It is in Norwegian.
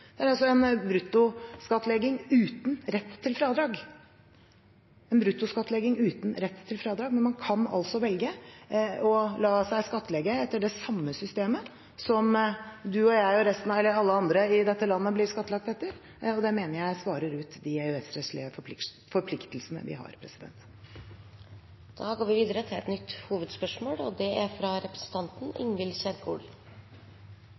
det er altså en bruttoskattlegging uten rett til fradrag. En bruttoskattlegging uten rett til fradrag. Men man kan altså velge å la seg skattlegge etter det samme systemet som du og jeg og alle andre i dette landet blir skattlagt etter, og det mener jeg svarer ut de EØS-rettslige forpliktelsene vi har. Vi går videre til nytt hovedspørsmål. Mitt spørsmål går til eldreministeren, som det